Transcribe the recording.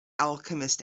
alchemist